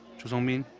cho sung-min,